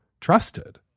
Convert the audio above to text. trusted